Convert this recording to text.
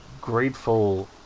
grateful